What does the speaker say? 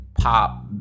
pop